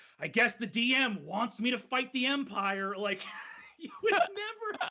i guess the dm wants me to fight the empire. like you would ah never, ah